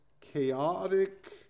chaotic